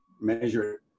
measure